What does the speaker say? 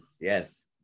Yes